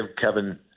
Kevin